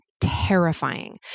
terrifying